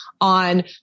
on